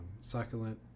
succulent